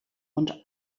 und